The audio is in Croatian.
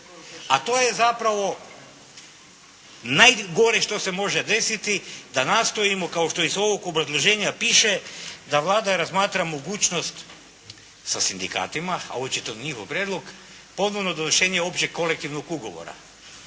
A to je zapravo najgore što se može desiti, da nastojimo kao što iz ovog obrazloženja piše da Vlada razmatra mogućnost sa sindikatima a očito na njihov prijedlog ponovno dovršenje općeg kolektivnog ugovora